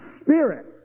spirit